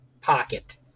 pocket